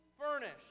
furnished